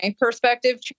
perspective